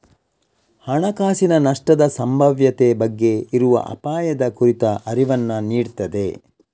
ಹಣಕಾಸಿನ ನಷ್ಟದ ಸಂಭಾವ್ಯತೆ ಬಗ್ಗೆ ಇರುವ ಅಪಾಯದ ಕುರಿತ ಅರಿವನ್ನ ನೀಡ್ತದೆ